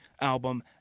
album